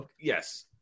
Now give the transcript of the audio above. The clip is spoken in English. yes